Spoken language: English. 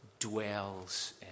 dwells